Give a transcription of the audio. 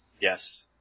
Yes